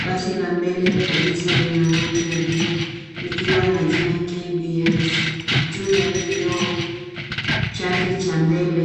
Basi la mbele kabisa lina rangi ya bluu likiwa na jina, KBS,juu ya kioo chake cha mbele.